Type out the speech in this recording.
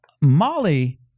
Molly